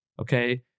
Okay